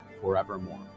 forevermore